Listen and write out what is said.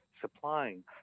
supplying